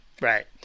Right